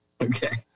Okay